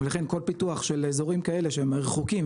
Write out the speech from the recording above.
לכן כל פיתוח של אזורים כאלה שהם רחוקים,